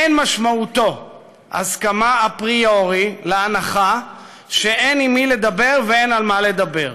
אין משמעותו הסכמה אפריורי להנחה שאין עם מי לדבר ואין על מה לדבר.